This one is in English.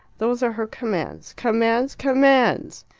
those are her commands. commands! commands!